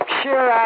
sure